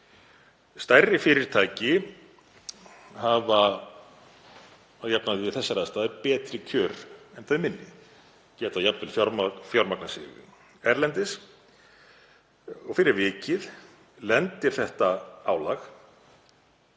Stærri fyrirtæki hafa að jafnaði við þessar aðstæður betri kjör en þau minni, geta jafnvel fjármagnað sig erlendis. Fyrir vikið lendir þetta álag